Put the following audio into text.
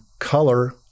color